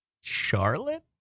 Charlotte